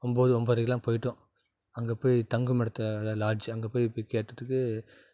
ஒம்பது ஒம்பதரைக்கிலாம் போயிட்டோம் அங்கே போய் தங்குமிடத்தை அதுதான் லாட்ஜ் அங்கே போய் போய் கேட்டதுக்கு